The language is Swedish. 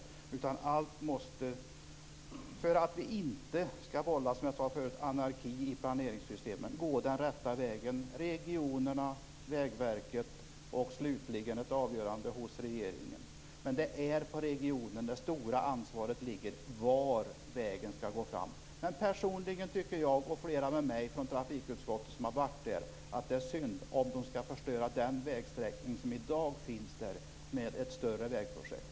Som jag sade förut måste allt, för att vi inte skall vålla anarki i planeringssystemen, gå den rätta vägen med regionerna, Vägverket och slutligen ett avgörande hos regeringen. Det är på regionen det stora ansvaret ligger när det gäller var vägen skall gå fram. Men personligen tycker jag, och flera andra från trafikutskottet som har varit där, att det är synd om de skall förstöra den vägsträckning som i dag finns där med ett större vägprojekt.